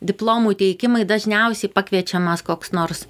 diplomų teikimai dažniausiai pakviečiamas koks nors